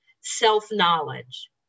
self-knowledge